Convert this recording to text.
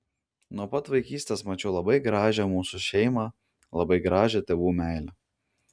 nuo pat vaikystės mačiau labai gražią mūsų šeimą labai gražią tėvų meilę